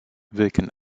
wirken